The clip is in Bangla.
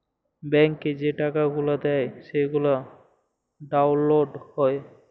ব্যাংকে যে টাকা গুলা দেয় সেগলা ডাউল্লড হ্যয়